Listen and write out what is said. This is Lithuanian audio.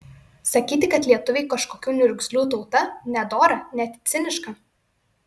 sakyti kad lietuviai kažkokių niurgzlių tauta nedora net ciniška